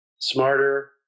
smarter